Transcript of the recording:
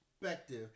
perspective